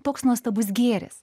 toks nuostabus gėris